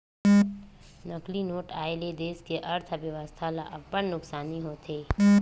नकली नोट आए ले देस के अर्थबेवस्था ल अब्बड़ नुकसानी होथे